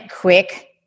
quick